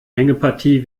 hängepartie